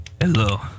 Hello